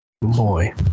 Boy